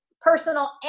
personal